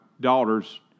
daughter's